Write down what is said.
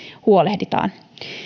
huolehditaan